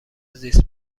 زیست